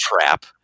Trap